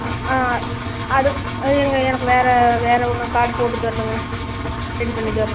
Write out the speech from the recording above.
அ ஆ அது ஏங்க எனக்கு வேறு வேறு ஒன்று கார்டு போட்டு தரணுங்க ரெடி பண்ணி தரணும்